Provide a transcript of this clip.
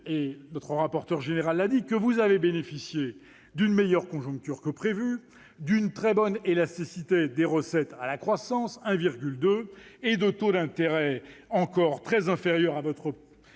notre rapporteur général, que vous avez bénéficié d'une meilleure conjoncture que prévu, d'une très bonne élasticité des recettes à la croissance- 1,2 -et de taux d'intérêt encore très inférieurs à votre